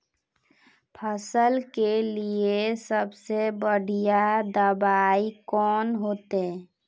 फसल के लिए सबसे बढ़िया दबाइ कौन होते?